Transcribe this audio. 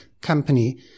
company